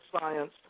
science